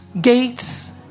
gates